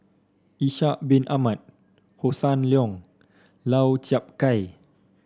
Ishak Bin Ahmad Hossan Leong Lau Chiap Khai